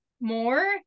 more